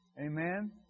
Amen